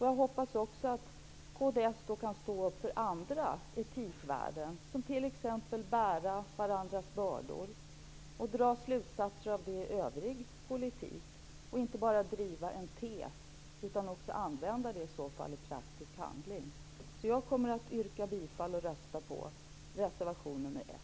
Jag hoppas att kds kan stå upp för andra etikvärden, som t.ex. bära varandras bördor, och dra slutsatser av det i övrig politik och inte bara driva en tes utan också använda detta i praktisk handling. Jag kommer att yrka bifall till reservation nr 1.